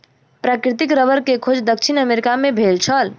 प्राकृतिक रबड़ के खोज दक्षिण अमेरिका मे भेल छल